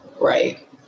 Right